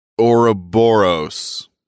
Ouroboros